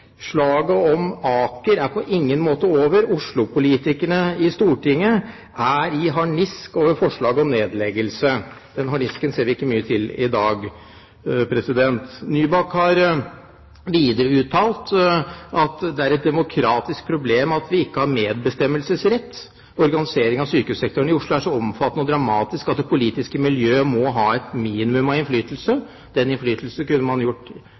om Aker er på ingen måte over. Oslopolitikere på Stortinget er i harnisk over forslaget om nedleggelse.» Den harnisken ser vi ikke mye til i dag. Nybakk har videre uttalt: «Det er et demokratisk problem at vi ikke har medbestemmelsesrett. Omorganisering av sykehussektoren i Oslo er så omfattende og dramatisk at det politiske miljøet må ha et minimum av innflytelse.» Den innflytelsen kunne man gjort